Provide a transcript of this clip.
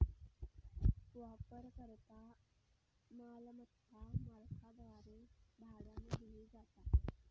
वापरकर्ता मालमत्ता मालकाद्वारे भाड्यानं दिली जाता